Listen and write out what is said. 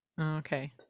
Okay